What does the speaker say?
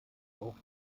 auch